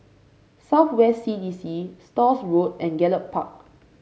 South West C D C Stores Road and Gallop Park